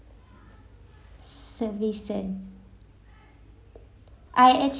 service that I